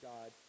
God